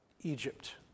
Egypt